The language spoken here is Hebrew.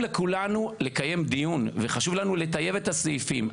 לקיים דיון וחשוב לנו לטייב את הסעיפים.